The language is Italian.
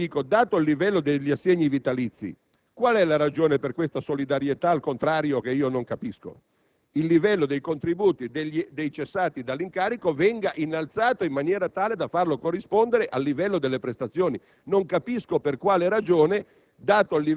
prestazioni. Dato il livello degli assegni vitalizi, qual è la ragione per questa solidarietà al contrario che non capisco? Il livello dei contributi dei cessati dall'incarico dovrebbe essere innalzato in maniera tale da farlo corrispondere al livello delle prestazioni. Non capisco per quale ragione,